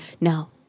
No